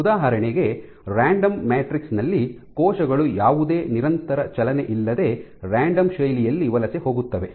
ಉದಾಹರಣೆಗೆ random matrix ನಲ್ಲಿ ಕೋಶಗಳು ಯಾವುದೇ ನಿರಂತರ ಚಲನೆಯಿಲ್ಲದೆ ರಾಂಡಮ್ ಶೈಲಿಯಲ್ಲಿ ವಲಸೆ ಹೋಗುತ್ತವೆ